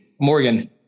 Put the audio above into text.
Morgan